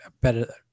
better